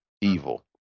evil